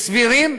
סבירים,